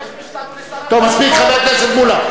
אתה מבקש מאתנו, טוב, מספיק, חבר הכנסת מולה.